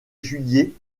juillet